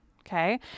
Okay